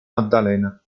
maddalena